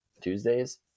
Tuesdays